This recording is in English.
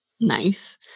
Nice